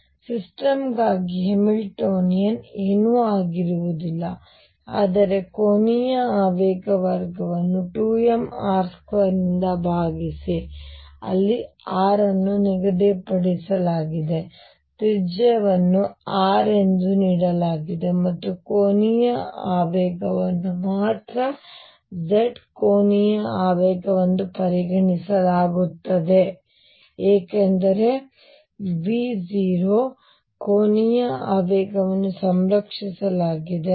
ಆದ್ದರಿಂದ ಸಿಸ್ಟಮ್ ಗಾಗಿ ಹ್ಯಾಮಿಲ್ಟೋನಿಯನ್ ಏನೂ ಅಲ್ಲ ಆದರೆ ಕೋನೀಯ ಆವೇಗ ವರ್ಗವನ್ನು 2mr2 ನಿಂದ ಭಾಗಿಸಿ ಅಲ್ಲಿ r ಅನ್ನು ನಿಗದಿಪಡಿಸಲಾಗಿದೆ ತ್ರಿಜ್ಯವನ್ನು r ಎಂದು ನೀಡಲಾಗಿದೆ ಮತ್ತು ಕೋನೀಯ ಆವೇಗವನ್ನು ಮಾತ್ರ z ಕೋನೀಯ ಆವೇಗವೆಂದು ಪರಿಗಣಿಸಲಾಗುತ್ತದೆ ಏಕೆಂದರೆ V 0 ಕೋನೀಯ ಆವೇಗವನ್ನು ಸಂರಕ್ಷಿಸಲಾಗಿದೆ